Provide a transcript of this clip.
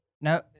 Now